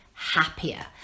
happier